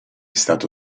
stato